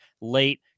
late